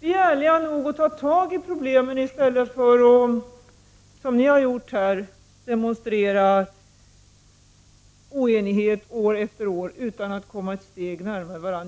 Vi socialdemokrater är ärliga nog att ta itu med problemen i stället för att — som ni här har gjort — år efter år demonstrera oenighet utan att komma ett steg närmare varandra.